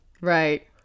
Right